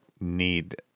Need